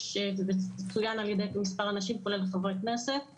זה צוין על ידי מספר אנשים כולל חברי כנסת,